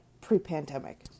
pre-pandemic